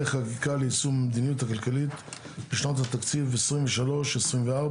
חקיקה ליישום המדיניות הכלכלית לשנות התקציב 2023 ו-2024),